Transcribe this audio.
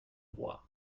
voix